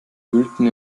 wühlten